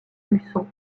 luçon